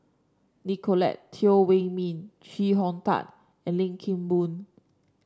Nicolette Teo Wei Min Chee Hong Tat and Lim Kim Boon